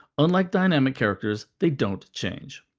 unlike dynamic characters, they don't change.